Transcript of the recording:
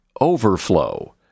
overflow